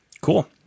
Cool